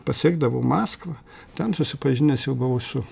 pasiekdavau maskvą ten susipažinęs jau buvau su